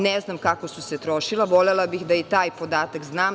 Ne znam kako su se trošila, ali volela bih da i taj podatak znam.